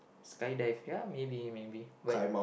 skydive ya maybe maybe but